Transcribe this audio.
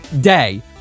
Day